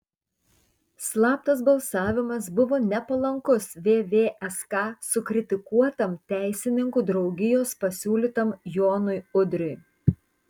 slaptas balsavimas buvo nepalankus vvsk sukritikuotam teisininkų draugijos pasiūlytam jonui udriui